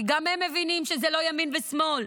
כי גם הם מבינים שזה לא ימין ושמאל,